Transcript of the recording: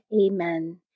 Amen